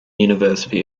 university